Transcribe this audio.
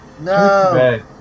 No